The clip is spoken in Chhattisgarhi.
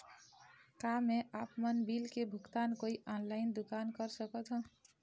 का मैं आपमन बिल के भुगतान कोई ऑनलाइन दुकान कर सकथों?